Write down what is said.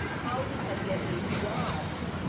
how do i get a job to,